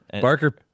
Barker